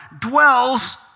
dwells